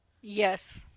Yes